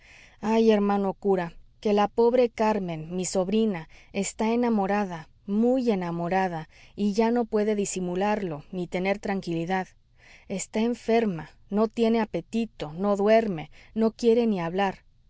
hay hermano cura que la pobre carmen mi sobrina está enamorada muy enamorada y ya no puede disimularlo ni tener tranquilidad está enferma no tiene apetito no duerme no quiere ni hablar